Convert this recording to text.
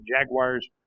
Jaguars